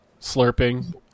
slurping